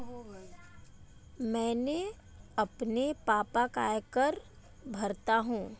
मैं अपने पापा का आयकर भरता हूं